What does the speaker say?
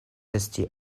esti